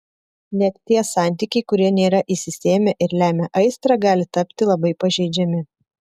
net tie santykiai kurie nėra išsisėmę ir lemia aistrą gali tapti labai pažeidžiami